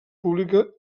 pública